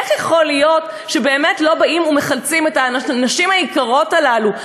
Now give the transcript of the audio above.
איך יכול להיות שבאמת לא באים ומחלצים את הנשים היקרות הללו?